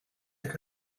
like